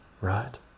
right